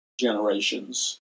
Generations